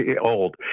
old